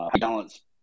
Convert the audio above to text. balance